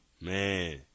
Man